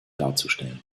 darzustellen